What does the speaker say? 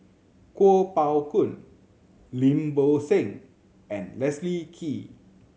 Kuo Pao Kun Lim Bo Seng and Leslie Kee